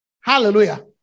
Hallelujah